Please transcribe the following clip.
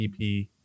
EP